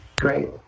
Great